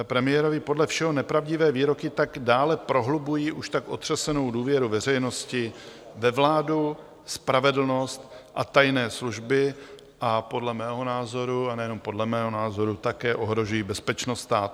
Premiérovy podle všeho nepravdivé výroky tak dále prohlubují už tak otřesenou důvěru veřejnosti ve vládu, spravedlnost a tajné služby a podle mého názoru, a nejenom podle mého názoru, také ohrožují bezpečnost státu.